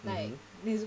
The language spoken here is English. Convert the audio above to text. mmhmm